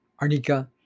arnica